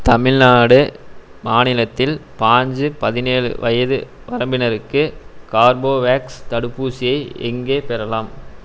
தமிழ்நாடு மாநிலத்தில் பாஞ்சு பதினேழு வயது வரம்பினருக்கு கார்பவேக்ஸ் தடுப்பூசியை எங்கே பெறலாம்